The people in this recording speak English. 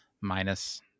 minus